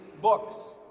books